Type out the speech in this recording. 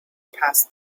passed